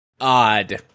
odd